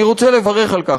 אני רוצה לברך על כך.